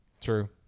True